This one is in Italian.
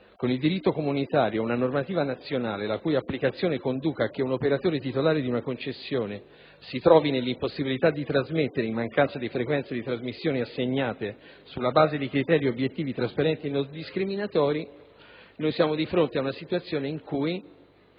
con il diritto comunitario una normativa nazionale la cui applicazione conduca a che un operatore titolare di una concessione si trovi nell'impossibilità di trasmettere in mancanza di frequenze di trasmissione assegnate sulla base di criteri obiettivi, trasparenti e non discriminatori». Siamo, pertanto, di fronte ad una situazione in cui